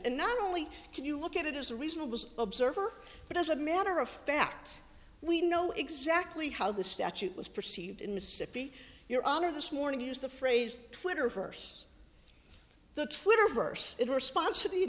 and not only can you look at it as a reasonable observer but as a matter of fact we know exactly how the statute was perceived in mississippi your honor this morning to use the phrase twitter verse the twitter verse in response to the